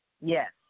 Yes